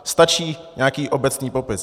Stačí nějaký obecný popis.